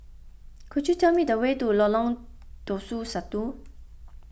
could you tell me the way to Lolong Tusa Satu